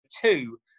two